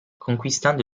conquistando